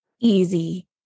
Easy